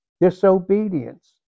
disobedience